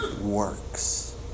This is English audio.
works